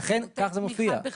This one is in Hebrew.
לכן כך זה מופיע.